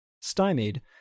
Stymied